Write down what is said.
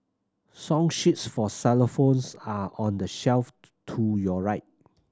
song sheets for xylophones are on the shelf to your right